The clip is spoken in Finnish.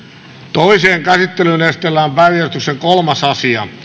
toiseen käsittelyyn esitellään päiväjärjestyksen kolmas asia